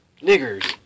niggers